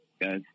guys